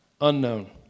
unknown